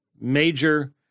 major